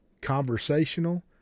conversational